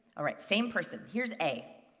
alright. same person. here is a.